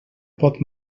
pot